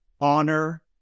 honor